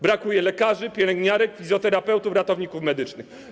Brakuje lekarzy, pielęgniarek, fizjoterapeutów i ratowników medycznych.